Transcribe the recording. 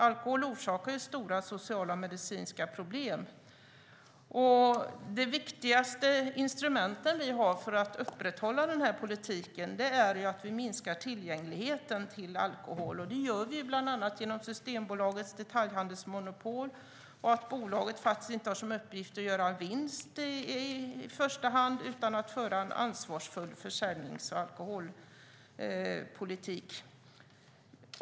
Alkohol orsakar stora sociala och medicinska problem. Det viktigaste instrumentet vi har för att upprätthålla den politiken är att minska tillgängligheten på alkohol. Det gör vi bland annat genom Systembolagets detaljhandelsmonopol och genom att bolaget inte har som uppgift att i första hand gå med vinst utan föra en ansvarsfull försäljnings och alkoholpolitik.